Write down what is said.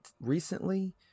recently